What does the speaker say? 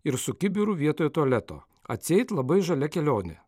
ir su kibiru vietoj tualeto atseit labai žalia kelionė